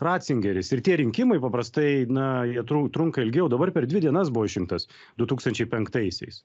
ratzingeris ir tie rinkimai paprastai na jie trunka ilgiau dabar per dvi dienas buvo išrinktas du tūkstančiai penktaisiais